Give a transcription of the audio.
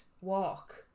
walk